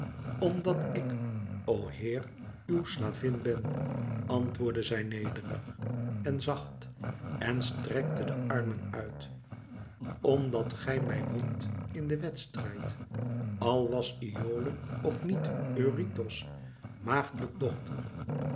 omdat ik o heer uw slavin ben antwoordde zij nederig en zacht en strekte de armen uit omdat gij mij wont in den wedstrijd al was iole ook niet eurytos maagdlijke dochter